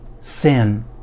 sin